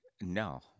No